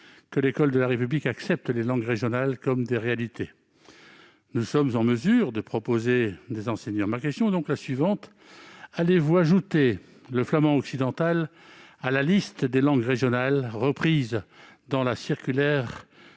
que l'école de la République accepte les langues régionales comme des réalités. Nous sommes en mesure de proposer des enseignants. Ma question est donc la suivante : allez-vous ajouter le flamand occidental à la liste des langues régionales reprise dans la circulaire